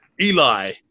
Eli